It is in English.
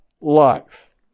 life